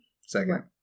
Second